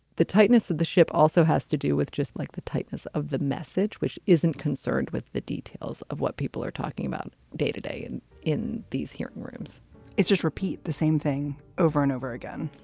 the tightness of the ship also has to do with just like the tightness of the message, which isn't concerned with the details of what people are talking about day to day and in these hearing rooms it's just repeat the same thing over and over again